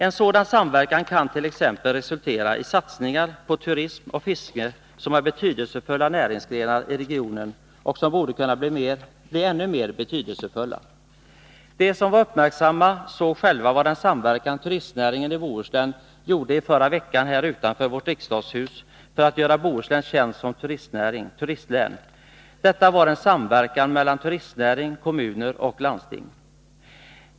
En sådan samverkan kan t.ex. resultera i satsningar på turism och fiske, som är betydelsefulla näringsgrenar i regionen och som borde kunna bli ännu mer betydelsefulla. De som var uppmärksamma såg själva vad den samverkande turistnäring en i Bohuslän gjorde i förra veckan här utanför vårt riksdagshus för att göra Bohuslän känt som turistlän. Detta var en samverkan mellan turistnäring, kommuner och landsting.